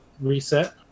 reset